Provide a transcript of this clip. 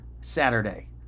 saturday